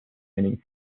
many